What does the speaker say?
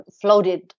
floated